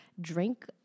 drink